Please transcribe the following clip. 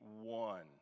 one